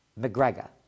McGregor